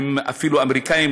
והם אפילו אמריקנים,